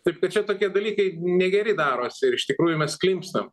taip kad čia tokie dalykai negeri daros ir iš tikrųjų mes klimpstam